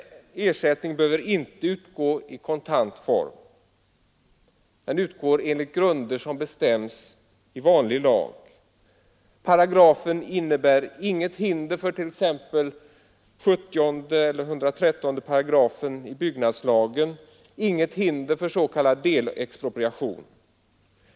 Dock behöver den inte utgå i kontant form. Den utgår enligt de grunder som bestäms i vanlig lag. Paragrafen innebär inget hinder för t.ex. 70 § eller 113 § i byggnadslagen, inget hinder för s.k. delexpropriation.